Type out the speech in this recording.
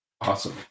Awesome